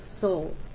soul